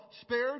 spared